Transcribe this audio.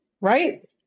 right